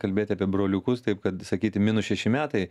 kalbėt apie broliukus taip kad sakyti minus šeši metai